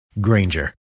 granger